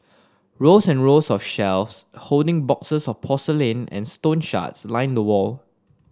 rows and rows of shelves holding boxes of porcelain and stone shards line the wall